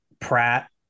Pratt